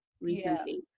recently